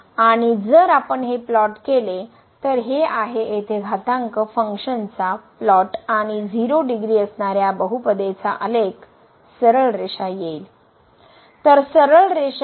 आणि जर आपण हे प्लॉट केले तर हे आहे येथे घातांक फंक्शन चा हिरवा प्लॉट आणि 0 degree असणाऱ्या बहुपदिचा आलेख सरळ रेषा येईल